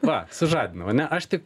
va sužadinau ane aš tik